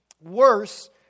worse